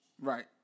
Right